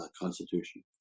Constitution